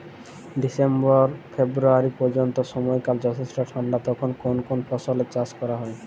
December February পর্যন্ত সময়কাল যথেষ্ট ঠান্ডা তখন কোন কোন ফসলের চাষ করা হয়?